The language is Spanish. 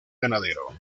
ganadero